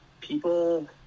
people